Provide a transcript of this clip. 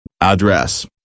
address